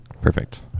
Perfect